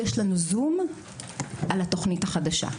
יש לנו זום על התוכנית החדשה.